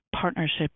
partnerships